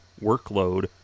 workload